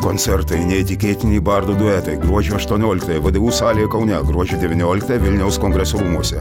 koncertai neįtikėtini bardų duetai gruodžio aštuonioliktąją vdu salėje kaune gruodžio devynioliktąją vilniaus kongresų rūmuose